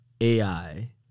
AI